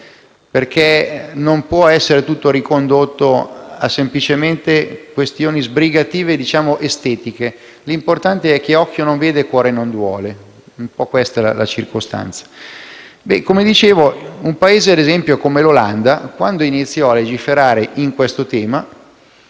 perché non può essere tutto ricondotto semplicemente a questioni sbrigative, diciamo così, estetiche, l'importante è che occhio non vede cuore non duole, questa è la circostanza. Come dicevo, ad esempio, un Paese come l'Olanda, quando iniziò a legiferare su questo tema,